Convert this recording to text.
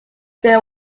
they